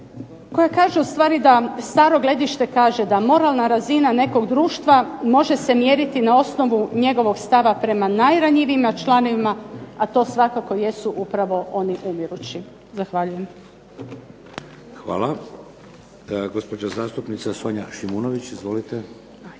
koja kaže ustvari da staro gledište kaže da moralna razina nekog društva može se mjeriti na osnovu njegovog stava prema najranjivijim članovima, a to svakako jesu upravo oni umirući. Zahvaljujem. **Šeks, Vladimir (HDZ)** Hvala. Gospođa zastupnica Sonja Šimunović, izvolite.